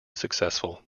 successful